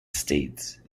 states